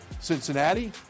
Cincinnati